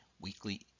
Weekly